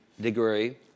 degree